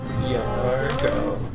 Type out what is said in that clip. YARGO